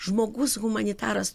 žmogus humanitaras